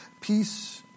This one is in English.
Peace